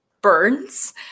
burns